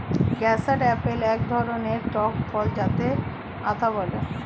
custard apple এক ধরণের টক ফল যাকে আতা বলে